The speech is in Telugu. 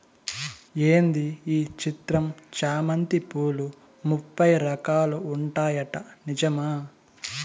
ఏంది ఈ చిత్రం చామంతి పూలు ముప్పై రకాలు ఉంటాయట నిజమా